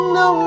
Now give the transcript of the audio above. no